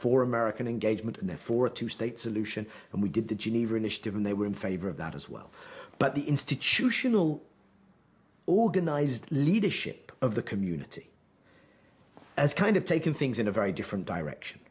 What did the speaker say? four american engagement there for a two state solution and we did the geneva initiative and they were in favor of that as well but the institutional organized leadership of the community as kind of taken things in a very different direction